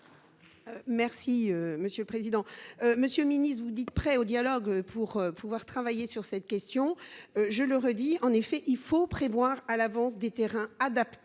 Merci monsieur le président, monsieur Ministre vous dites prêts au dialogue pour pouvoir travailler sur cette question, je le redis. En effet, il faut prévoir à l'avance des terrains adaptés